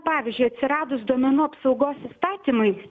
pavyzdžiui atsiradus duomenų apsaugos įstatymui